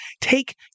take